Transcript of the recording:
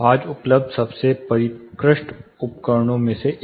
आज उपलब्ध सबसे परिष्कृत उपकरणों में से एक